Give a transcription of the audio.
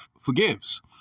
forgives